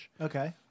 Okay